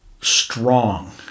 strong